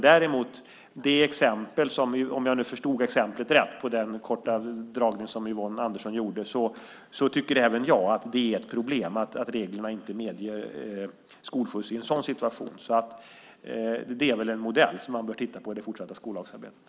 Däremot om jag nu förstod exemplet rätt i den korta föredragning som Yvonne Andersson gjorde tycker även jag att det är ett problem att reglerna inte medger skolskjuts i en sådan situation. Det är väl en modell som man bör titta på i det fortsatta skollagsarbetet.